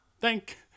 thank